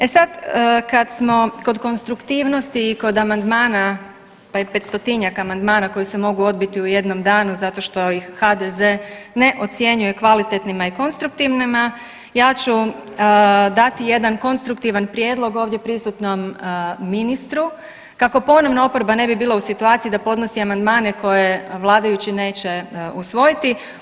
E sad kad smo kod konstruktivnosti i kod amandmana, pa je 500-tinjak amandmana koji se mogu odbiti u jednom danu zato što ih HDZ ne ocjenjuje kvalitetnima i konstruktivnima ja ću dati jedan konstruktivan prijedlog ovdje prisutnom ministru kako ponovno oporba ne bi bila u situaciji da ponosi amandmane koje vladajući neće usvojiti.